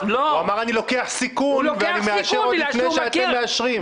אמר: אני לוקח סיכון ואני מאשר עוד לפני שאתם מאשרים.